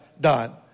done